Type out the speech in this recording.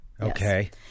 Okay